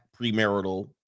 premarital